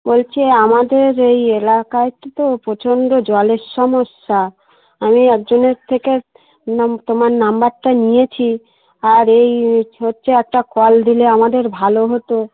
বলছি আমাদের এই এলাকায় তো প্রচণ্ড জলের সমস্যা আমি একজনের থেকে নাম তোমার নাম্বারটা নিয়েছি আর এই হচ্ছে একটা কল দিলে আমাদের ভালো হতো